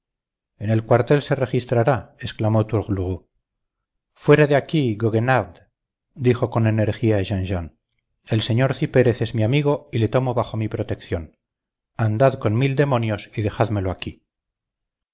en el cuartel se le registrará exclamó tourlourou fuera de aquí goguenards dijo con energía jean jean el sr cipérez es mi amigo y le tomo bajo mi protección andad con mil demonios y dejádmelo aquí